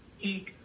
eat